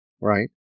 right